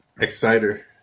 exciter